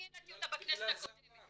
אני העליתי אותה בכנסת הקודמת.